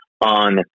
on